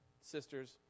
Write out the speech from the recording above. sisters